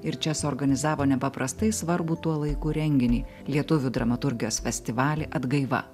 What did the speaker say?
ir čia suorganizavo nepaprastai svarbų tuo laiku renginį lietuvių dramaturgijos festivalį atgaiva